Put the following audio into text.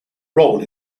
role